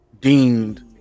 deemed